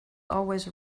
always